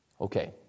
Okay